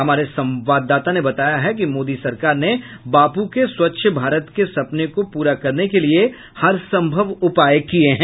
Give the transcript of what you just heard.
हमारे संवाददाता ने बताया है कि मोदी सरकार ने बापू के स्वच्छ भारत के सपने को पूरा करने के लिए हरसंभव उपाय किये हैं